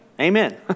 Amen